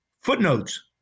footnotes